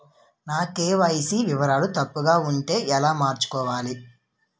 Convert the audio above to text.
నా కే.వై.సీ వివరాలు తప్పుగా ఉంటే ఎలా మార్చుకోవాలి?